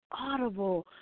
Audible